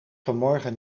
vanmorgen